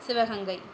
Sivaganga